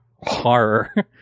horror